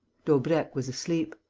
daubrecq was asleep.